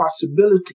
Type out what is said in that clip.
possibility